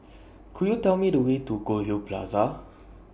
Could YOU Tell Me The Way to Goldhill Plaza